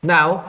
Now